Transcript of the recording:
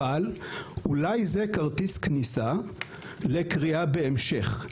אבל אולי זה כרטיס כניסה לקריאה בהמשך.